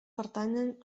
pertanyen